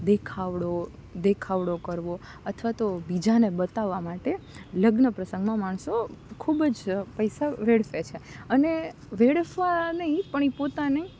દેખાવડો દેખાવડો કરવો અથવા તો બીજાને બતાવવા માટે લગ્ન પ્રસંગમાં માણસો ખૂબ જ પૈસા વેડફે છે અને વેડફવા નહીં પણ એ પોતાની